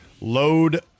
Load